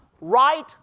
right